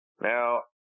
Now